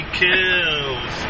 kills